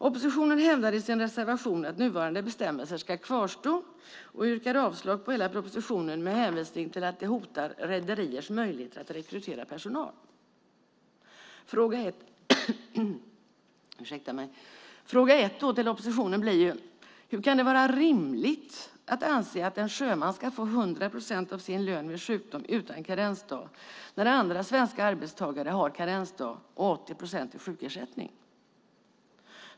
Oppositionen hävdar i sin reservation att nuvarande bestämmelser ska kvarstå och yrkar avslag på hela propositionen med hänvisning till att den hotar rederiers möjlighet att rekrytera personal. Fråga 1 till oppositionen blir: Hur kan det vara rimligt att anse att en sjöman ska få 100 procent av sin lön vid sjukdom utan karensdag när andra svenska arbetstagare har karensdag och 80 procents sjukersättning?